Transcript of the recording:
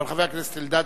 אבל לחבר הכנסת אלדד,